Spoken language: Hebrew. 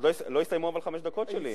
אבל לא הסתיימו חמש הדקות שלי.